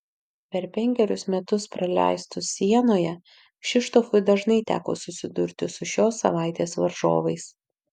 per penkerius metus praleistus sienoje kšištofui dažnai teko susidurti su šios savaitės varžovais